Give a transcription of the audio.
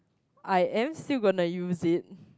I am still gonna use it